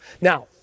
Now